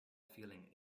feeling